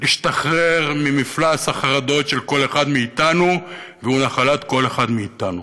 להשתחרר ממפלס החרדות של כל אחד מאתנו והוא נחלת כל אחד מאתנו.